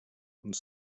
und